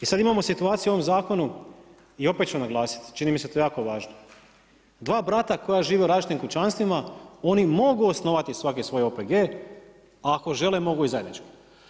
I sada imamo situaciju u ovom zakonu i opet ću naglasiti čini mi se to jako važno, dva brata koja žive u različitim kućanstvima oni mogu osnovati svaki svoj OPG-e, ako žele mogu i zajednički.